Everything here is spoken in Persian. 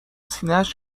سینهاش